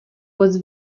was